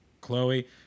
Chloe